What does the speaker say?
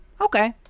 Okay